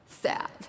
sad